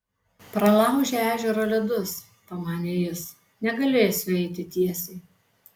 pralaužė ežero ledus pamanė jis negalėsiu eiti tiesiai